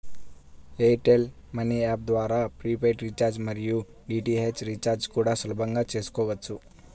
air tell money app ద్వారా prepaid recharge మరియు DTH recharge కూడా సులభంగా చేసుకోవచ్చు